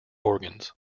organs